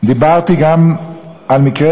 דיברתי גם על מקרה,